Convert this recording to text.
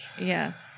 Yes